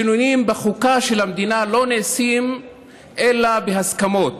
שינויים בחוקה של המדינה לא נעשים אלא בהסכמות.